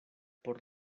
por